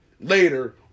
later